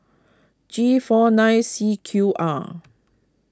G four nine C Q R